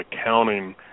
accounting